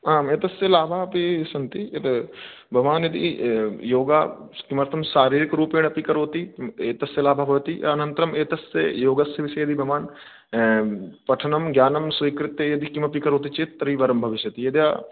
आम् एतस्य लाभाः अपि सन्ति यद् भवान् यदि योगं किमर्थं शारीरिकरूपेण अपि करोति तस्य लाभः भवति अनन्तरम् एतस्य योगस्य विषयेऽपि भवान् पठनं ज्ञानं स्वीकृत्य यदि किमपि करोति चेत् तर्हि वरं भविष्यति यद्